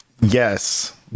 yes